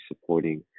supporting